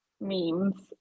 memes